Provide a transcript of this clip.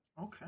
Okay